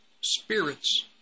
spirits